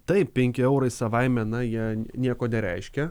taip penki eurai savaime na jie nieko nereiškia